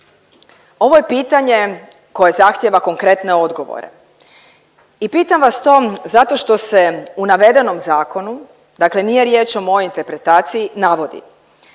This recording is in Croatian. Ovo je pitanje koje zahtjeva konkretne odgovore i pitam vas to zato što se u navedenom zakonu, dakle nije riječ o mojoj interpretaciji navodi.